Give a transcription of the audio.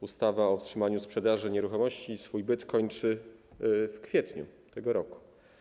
Ustawa o wstrzymaniu sprzedaży nieruchomości swój byt kończy w kwietniu tego roku.